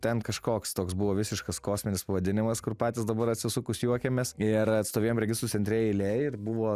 ten kažkoks toks buvo visiškas kosminis pavadinimas kur patys dabar atsisukus juokiamės ir atstovėjom registrų centre eilėj ir buvo